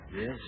Yes